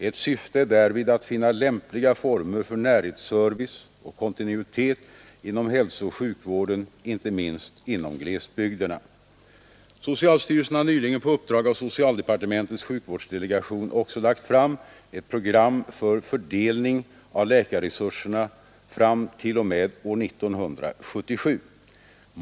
Ett syfte är därvid att finna lämpliga former för närhetsservice och kontinuitet inom hälsooch sjukvården, inte minst inom glesbygderna. Socialstyrelsen har nyligen på uppdrag av socialdepartementets sjukvårdsdelegation också lagt fram ett program för fördelning av läkarresurserna fram t.o.m. år 1977.